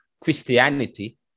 Christianity